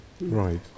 Right